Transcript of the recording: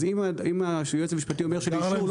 אז אם היועץ המשפטי אומר שלאישור לא,